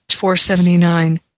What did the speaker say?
479